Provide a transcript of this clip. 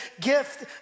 gift